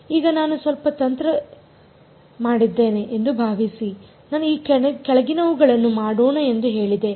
ಈಗ ನಾನು ಒಂದು ಸ್ವಲ್ಪ ತಂತ್ರಮಾಡಿದ್ದೇನೆ ಎಂದು ಭಾವಿಸಿನಾನು ಈ ಕೆಳಗಿನವುಗಳನ್ನು ಮಾಡೋಣ ಎಂದು ಹೇಳಿದೆ